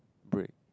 break